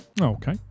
Okay